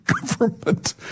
government